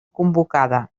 convocada